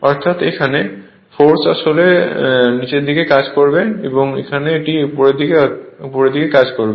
অর্থাৎ এখানে ফোর্স আসলে এখানে নিচের দিকে কাজ করে এবং এখানে এটি উপরের দিকে কাজ করবে